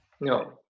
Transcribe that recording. No